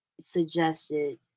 suggested